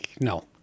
no